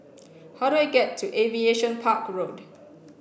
how do I get to Aviation Park Road